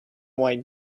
white